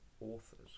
authors